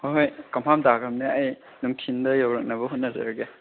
ꯍꯣꯏ ꯍꯣꯏ ꯀꯝꯐꯥꯝ ꯇꯥꯈ꯭ꯔꯕꯅꯦ ꯑꯩ ꯅꯨꯡꯊꯤꯟꯗ ꯌꯧꯔꯛꯅꯕ ꯍꯣꯠꯅꯖꯔꯒꯦ